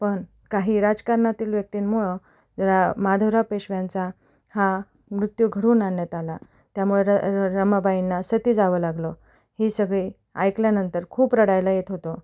पण काही राजकारणातील व्यक्तींमुळं रा माधवराव पेशव्यांचा हा मृत्यू घडवून आणण्यात आला त्यामुळं र र रमाबाईंना सती जावं लागलं ही सगळे ऐकल्यानंतर खूप रडायला येत होतं